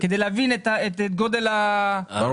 כדי להבין את גודל האירוע.